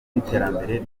n’iterambere